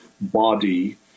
body